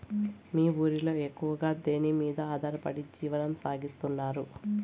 మీ ఊరిలో ఎక్కువగా దేనిమీద ఆధారపడి జీవనం సాగిస్తున్నారు?